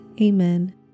Amen